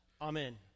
Amen